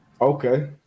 Okay